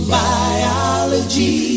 biology